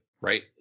right